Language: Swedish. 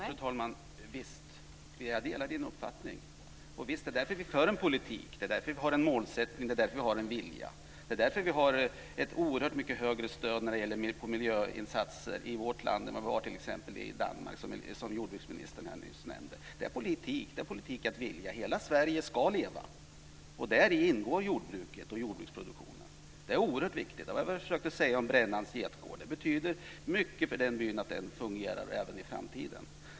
Fru talman! Jag delar Ulf Björklunds uppfattning. Det är därför vi för en politik. Det är därför vi har en målsättning. Det är därför vi har en vilja. Det är därför vi har ett oerhört mycket större stöd när det gäller miljöinsatser i vårt land än vad som finns i t.ex. Danmark, som jordbruksministern nyss nämnde. Det är politik. Det är politik att vilja. Hela Sverige ska leva, och däri ingår jordbruket och jordbruksproduktionen. Det är oerhört viktigt. Det var det jag försökte säga om Brännans getgård. Det betyder mycket för den byn att den fungerar även i framtiden.